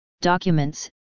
documents